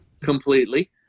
completely